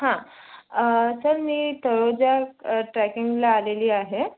हां सर मी तळोजा ट्रॅकिंगला आलेली आहे